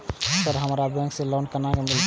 Sir हमरा bank से loan केना मिलते?